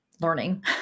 learning